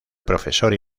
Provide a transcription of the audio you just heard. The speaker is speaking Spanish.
profesor